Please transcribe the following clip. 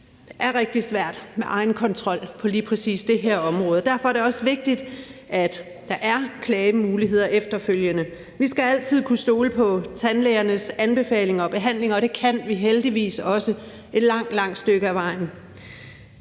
Det er rigtig svært med egenkontrol på lige præcis det her område, og derfor er det også vigtigt, at der er klagemuligheder efterfølgende. Vi skal altid kunne stole på tandlægernes anbefalinger og behandling, og det kan vi heldigvis også et langt, langt stykke ad vejen.